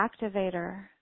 activator